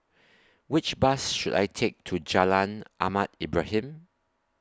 Which Bus should I Take to Jalan Ahmad Ibrahim